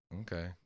Okay